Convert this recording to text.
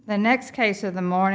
the next case of the more